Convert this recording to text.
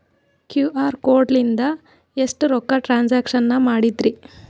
QR code ಲಿಂದ ಎಷ್ಟ ರೊಕ್ಕ ಟ್ರಾನ್ಸ್ಯಾಕ್ಷನ ಮಾಡ್ಬೋದ್ರಿ?